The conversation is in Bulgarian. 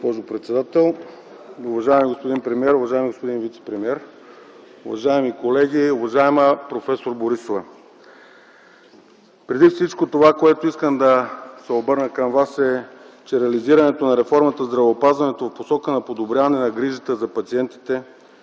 обърна към Вас, е, че реализирането на реформата в здравеопазването e в посока на подобряване грижата за пациентите,